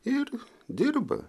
ir dirba